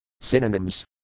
Synonyms